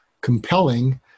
compelling